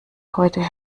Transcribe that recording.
heute